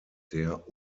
der